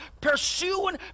pursuing